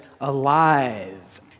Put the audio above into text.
alive